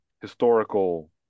historical